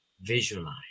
Visualize